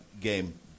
game